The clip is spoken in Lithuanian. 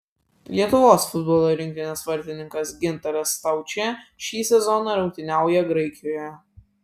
lietuvos futbolo rinktinės vartininkas gintaras staučė šį sezoną rungtyniauja graikijoje